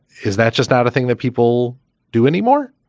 is that just not a thing that people do anymore?